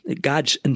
God's